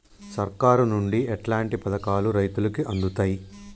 సర్కారు నుండి ఎట్లాంటి పథకాలు రైతులకి అందుతయ్?